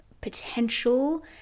potential